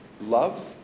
love